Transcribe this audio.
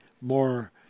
more